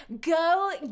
go